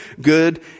good